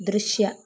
ದೃಶ್ಯ